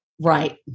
Right